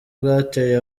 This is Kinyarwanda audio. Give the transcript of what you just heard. bwateye